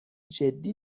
جدی